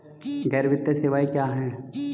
गैर वित्तीय सेवाएं क्या हैं?